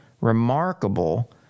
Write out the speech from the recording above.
remarkable